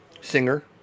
singer